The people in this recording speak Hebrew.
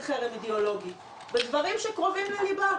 חרם אידיאולוגי בדברים שקרובים לליבה.